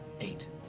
Eight